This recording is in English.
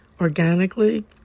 organically